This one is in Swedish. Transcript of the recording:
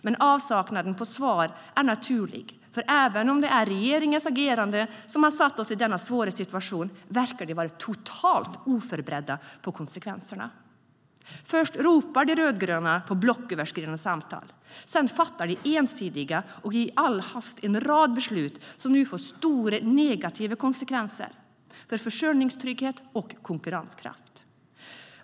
Men avsaknaden av svar är kanske naturlig, för även om det är regeringens agerande som har satt oss i denna svåra situation verkar den vara totalt oförberedd på konsekvenserna. Först ropar de rödgröna på blocköverskridande samtal, sedan fattar de ensidigt och i all hast en rad beslut som nu får stora negativa konsekvenser för försörjningstrygghet och konkurrenskraft.